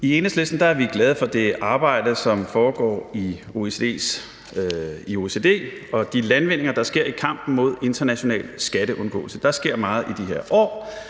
I Enhedslisten er vi glade for det arbejde, som foregår i OECD, og de landvindinger, der sker i kampen mod international skatteundgåelse. Der sker meget i de her år.